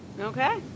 Okay